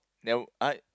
then I